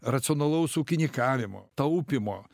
racionalaus ūkinikavimo taupymo